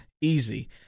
easy